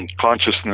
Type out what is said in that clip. consciousness